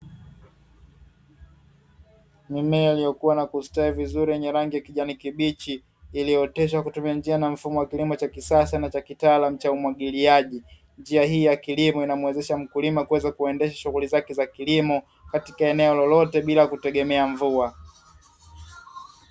Mimea iliyokua na kustawi vizuri yenye rangi ya kijani kibichi, iliyooteshwa kwa kutumia njia na mfumo wa kilimo cha kisasa na cha kitaalamu cha umwagiliaji. Njia hii ya kilimo inamuwezesha mkulima kuweza kuendesha shughuli zake za kilimo, katika eneo lolote bila kutegemea mvua.